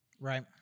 Right